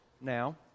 now